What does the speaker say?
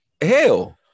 hell